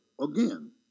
again